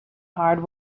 hard